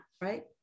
right